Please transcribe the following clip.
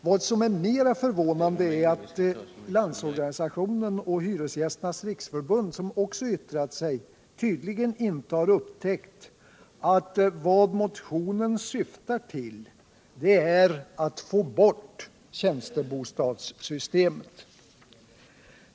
Vad som är mera förvånande är att LO och Hyresgästernas riksförbund, som också yttrat sig, tydligen inte har upptäckt att vad motionen ytterst syftar till är att få bort hela tjänstebostadssystemet.